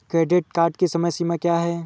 Credit card की समय सीमा क्या है?